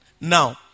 Now